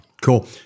Cool